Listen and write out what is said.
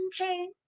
okay